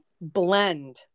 blend